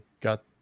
got